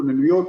כוננויות,